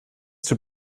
tut